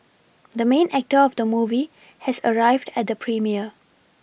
the main actor of the movie has arrived at the premiere